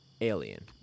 alien